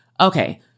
Okay